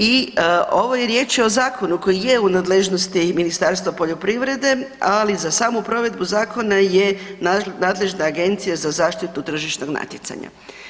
I ovdje je riječ o zakonu koji je u nadležnosti Ministarstva poljoprivrede, ali za samu provedbu zakona je nadležna Agencija za zaštitu tržišnog natjecanja.